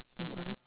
mmhmm